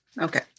Okay